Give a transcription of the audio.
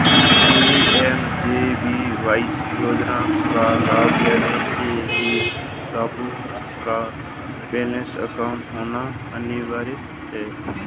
PMJBY योजना का लाभ लेने के लिया लाभुक का बैंक अकाउंट होना अनिवार्य है